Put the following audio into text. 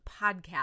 podcast